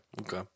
okay